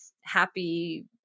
happy